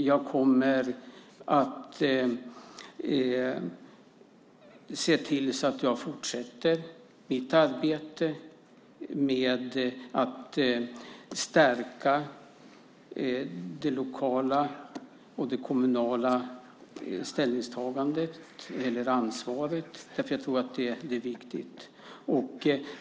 Jag kommer att se till så att jag fortsätter mitt arbete med att stärka det lokala och kommunala ansvaret, för jag tror att det är viktigt.